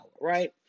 right